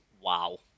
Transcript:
Wow